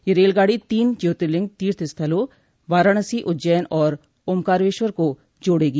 यह रेलगाड़ी तीन ज्योतिर्लिंग तीर्थ स्थलों वाराणसी उज्जैन और ओमकारेश्वर को जोड़ेगी